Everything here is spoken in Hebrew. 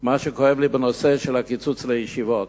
מה שכואב לי בנושא הקיצוץ לישיבות.